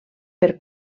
per